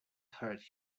hurt